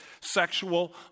sexual